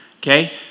okay